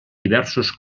diversos